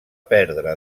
perdre